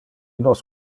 nos